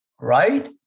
right